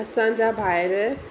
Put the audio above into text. असांजा भाइर